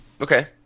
Okay